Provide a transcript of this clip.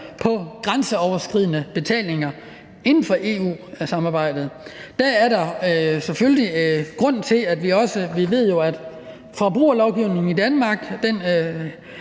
på grænseoverskridende betalinger inden for EU-samarbejdet. Vi ved jo, at forbrugerlovgivningen i Danmark